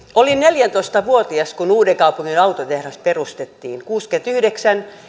olin neljätoista vuotias kun uudenkaupungin autotehdas perustettiin kuusikymmentäyhdeksän